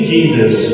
Jesus